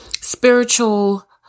spiritual